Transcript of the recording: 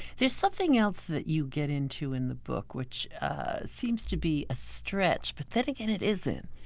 there's something else that you get into in the book, which seems to be a stretch, but then again it isn't.